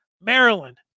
Maryland